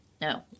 no